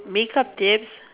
make up tips